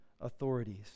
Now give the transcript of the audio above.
authorities